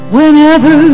Whenever